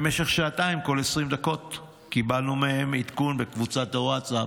במשך שעתיים כל 20 דקות קיבלנו מהם עדכון בקבוצת הווטסאפ